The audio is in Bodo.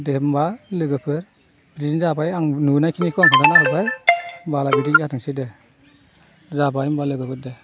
दे होनबा लोगोफोर बिदिनो जाबाय आं नुनायखिनिखौ आं खिन्थाना होबाय बाला गोदै जाथोंसैदे जाबाय होनबा लोगोफोर दे